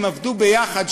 הם עבדו יחד,